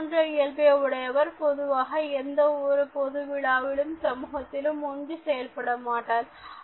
இதுபோன்ற இயல்பை உடையவர் பொதுவாக எந்த ஒரு பொது விழாக்களிலும் சமூகத்துடன் ஒன்றி செயல்பட மாட்டார்